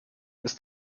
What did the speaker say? ist